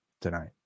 tonight